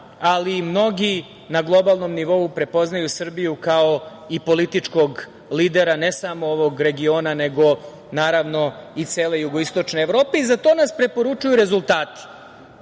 ali i mnogi na globalnom nivou prepoznaju Srbiju kao i političkog lidera ne samo ovog regiona, nego naravno i cele jugoistočne Evrope i za to nas preporučuju rezultati.